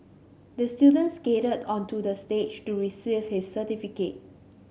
the student skated onto the stage to receive his certificate